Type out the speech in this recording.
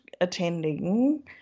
attending